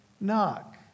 knock